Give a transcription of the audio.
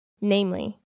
Namely